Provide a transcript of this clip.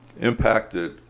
impacted